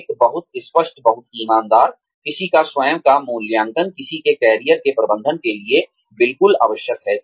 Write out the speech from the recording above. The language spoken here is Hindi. एक बहुत स्पष्ट बहुत ईमानदार किसी का स्वयं का मूल्यांकन किसी के कैरियर के प्रबंधन के लिए बिल्कुल आवश्यक है